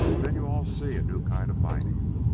then you-all'll see a new kind of mining.